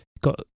got